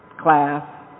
class